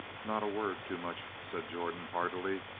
not a word too much, said jordan heartily,